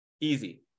Easy